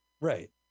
Right